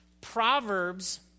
Proverbs